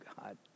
God